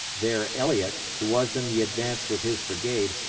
there elliot, who was in the advance with his brigade,